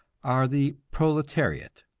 are the proletariat,